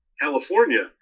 california